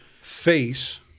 face